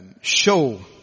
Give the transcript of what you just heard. show